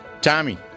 Tommy